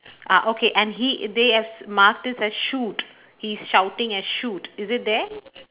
ah okay and he they as as shoot he's shouting at shoot is it there